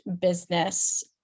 business